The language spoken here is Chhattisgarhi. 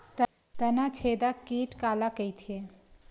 तनाछेदक कीट काला कइथे?